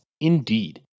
indeed